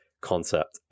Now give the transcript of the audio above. concept